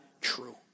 true